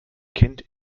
kind